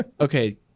Okay